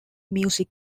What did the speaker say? music